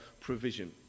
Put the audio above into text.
provision